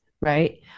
right